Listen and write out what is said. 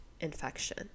infection